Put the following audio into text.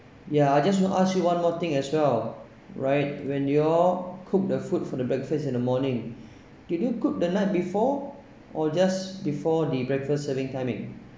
ya I just want to ask you one more thing as well right when you all cook the food for the breakfast in the morning did you cook the night before or just before the breakfast serving timing